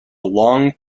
long